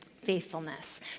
faithfulness